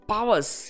Powers